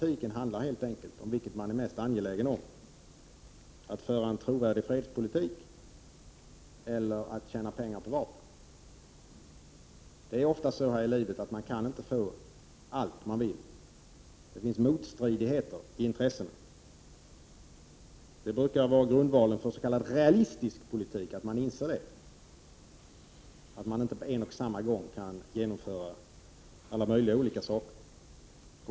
Den handlar helt enkelt om vad man är mest angelägen om, nämligen att föra en trovärdig fredspolitik eller att tjäna pengar på vapen. Men man kan oftast inte få allt vad man vill här i livet. Det finns motstridigheter i intressena. Grundvalen för s.k. realistisk politik brukar vara att man inser det. Det går inte att på en och samma gång genomföra en mängd olika saker.